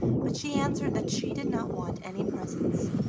but she answered that she did not want any presents,